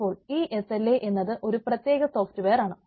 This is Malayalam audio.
അപ്പോൾ ഈ SLA എന്നത് ഒരു പ്രത്യേക സോഫ്റ്റ്വെയർ ആണ്